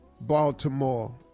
Baltimore